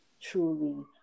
truly